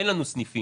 אין לנו סניפים.